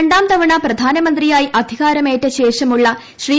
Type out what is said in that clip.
രണ്ടാം തവണ പ്രധാനമന്ത്രിയായി അധികാരമേറ്റ ശേഷമുള്ള ശ്രീ